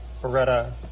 Beretta